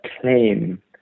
claim